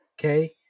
okay